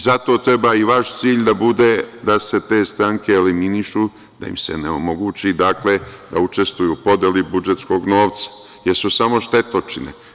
Zato treba i vaš cilj da bude da se te stranke eliminišu, da im se ne omogući, dakle, da učestvuju u podeli budžetskog novca, jer su samo štetočine.